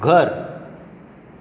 घर